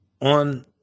on